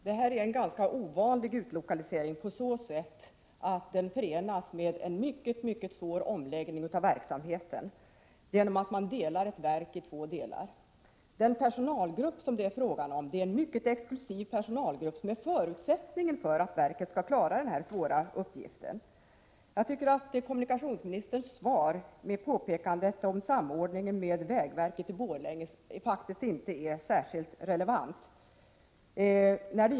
Herr talman! Det här är en ganska ovanlig utlokalisering på så sätt att den förenas med en mycket svår omläggning av verksamheten genom att man delar ett verk i två delar. Den personalgrupp som det är fråga om är mycket exklusiv och är förutsättningen för att verket skall klara den här svåra uppgiften. Jag tycker att kommunikationsministerns svar med påpekandet om samordningen med vägverket i Borlänge faktiskt inte är särskilt relevant.